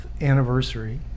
anniversary